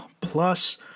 plus